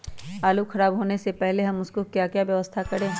आलू खराब होने से पहले हम उसको क्या व्यवस्था करें?